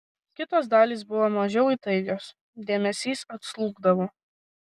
kitos dalys buvo mažiau įtaigios dėmesys atslūgdavo